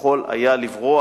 יכול היה לברוח,